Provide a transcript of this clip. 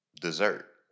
dessert